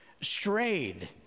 Strayed